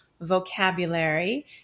vocabulary